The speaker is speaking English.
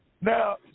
Now